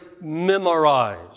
memorize